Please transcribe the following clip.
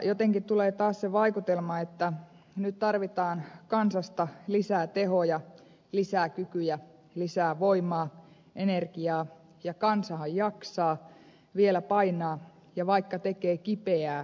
jotenkin tulee taas se vaikutelma että nyt tarvitaan kansasta lisää tehoja lisää kykyjä lisää voimaa energiaa ja kansahan jaksaa vielä painaa ja vaikka tekee kipeää niin ei se haittaa